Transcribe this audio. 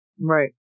Right